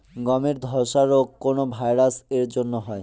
গমের ধসা রোগ কোন ভাইরাস এর জন্য হয়?